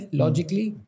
logically